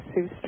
Sue